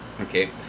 Okay